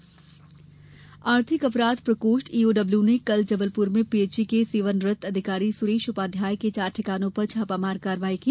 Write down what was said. EOW छापा आर्थिक अपराध प्रकोष्ठ ईओडब्ल्यू ने कल जबलपुर में पीएचई के सेवानिवृत्त अधिकारी सुरेश उपाध्याय के चार ठिकानों पर छापामार कार्रवाई की